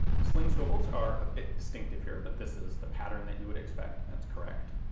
sling swivels are a bit distinctive here, but this is the pattern that you would expect, that's correct.